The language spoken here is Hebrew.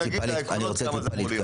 אנחנו נגיד את העקרונות וכמה זה אמור להיות.